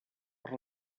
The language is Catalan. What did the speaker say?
per